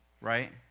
right